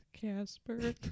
Casper